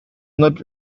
not